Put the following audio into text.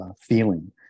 feeling